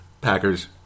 Packers